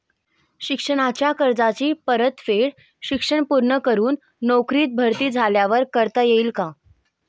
शिक्षणाच्या कर्जाची परतफेड शिक्षण पूर्ण करून नोकरीत भरती झाल्यावर करता येईल काय?